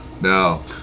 No